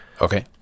Okay